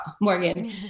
Morgan